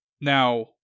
Now